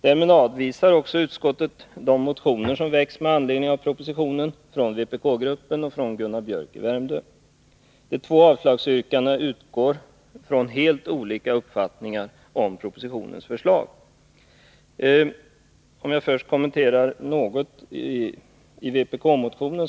Följaktligen avvisar utskottet de motioner som med anledning av propositionen väckts från vpk-gruppen och av Gunnar Biörck i Värmdö. De två avslagsyrkandena utgår från helt olika uppfattningar om propositionens förslag. Låt mig först något kommentera vpk-motionen.